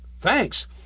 thanks